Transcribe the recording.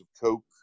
Coke